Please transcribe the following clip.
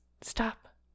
stop